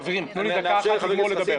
חברים, תנו לי דקה אחת לגמור לדבר.